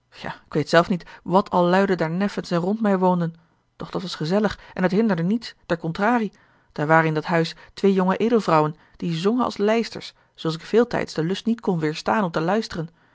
ik weet zelf niet wat al luiden daar neffens en rond mij woonden doch dat was gezellig en het hinderde niets ter contrarie daar waren in dat huis twee jonge edelvrouwen die zongen als lijsters zulks ik veeltijds den lust niet kon weêrstaan om te luisteren